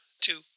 two